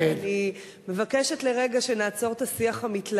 אני מבקשת שנעצור לרגע את השיח המתלהם